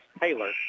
Taylor